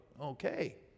Okay